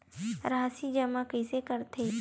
राशि जमा कइसे करथे?